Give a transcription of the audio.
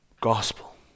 gospel